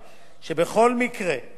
יינתן על קצבה מזכה